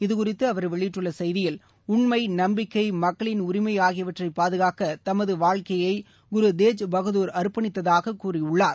இதுகுறித்து அவர் வெளியிட்டுள்ள செய்தியில் உண்மை நம்பிக்கை மக்களின் உரிமை ஆகியவற்றை பாதுகாக்க தமது வாழ்க்கையை குரு தேஜ் பகதூர் அர்ப்பணித்ததாக கூறியுள்ளார்